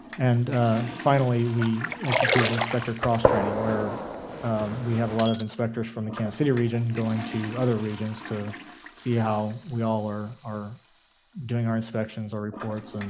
and finally, we instituted inspector cross training, where we have a lot of inspectors from the kansas city region going to other regions to see how we all are doing our inspections, our reports, and